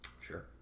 Sure